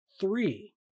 three